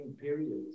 periods